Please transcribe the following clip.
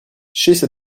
scese